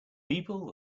people